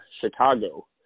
Chicago